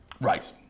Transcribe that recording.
Right